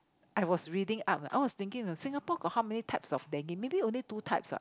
I was reading up I was thinking Singapore got how many types of Dengue maybe only two types ah